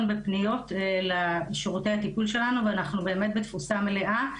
בפניות לשירותי הטיפול שלנו ואנחנו בתפוסה מלאה,